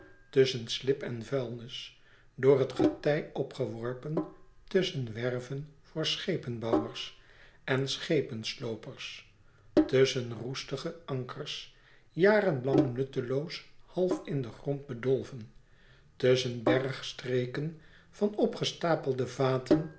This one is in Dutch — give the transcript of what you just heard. tusschen slib en vuilnis door het getij opgeworpen tusschen werven voor schepenbouwers en schepensloopers tusschen roestige ankers jaren lang nutteloos half in den grond bedolven tusschen bergstreken van opgestapelde vaten